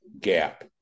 gap